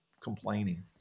complaining